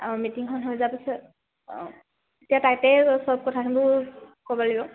অঁ মিটিংখন হৈ যোৱাৰ পিছত অঁ এতিয়া তাইতে সব কথাখিনিবোৰ ক'ব লাগিব